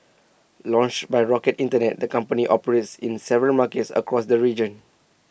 launched by rocket Internet the company operates in several markets across the region